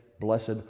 Blessed